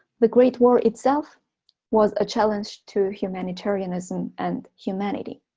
the great war itself was a challenge to humanitarianism and humanity